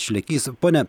šlekys pone